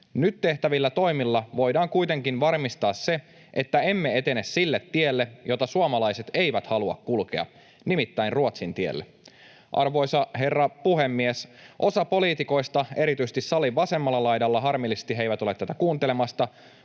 Nyt tehtävillä toimilla voidaan kuitenkin varmistaa se, että emme etene sille tielle, jota suomalaiset eivät halua kulkea, nimittäin Ruotsin tielle. Arvoisa herra puhemies! Osa poliitikoista erityisesti salin vasemmalla laidalla — harmillisesti he eivät ole tätä kuuntelemassa